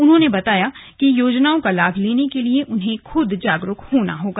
उन्हें बताया गया कि योजनाओं का लाभ लेने के लिये उन्हें खुद जागरूक होना होगा